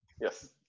Yes